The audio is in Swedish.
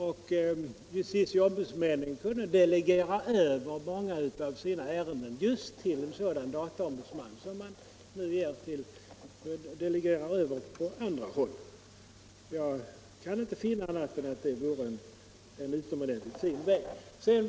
Justitieombudsmännen kunde delegera över många av sina ärenden till en sådan dataombudsman, liksom man nu delegerar över till andra instanser. Jag kan inte finna annat än att det vore en utomordentligt fin väg.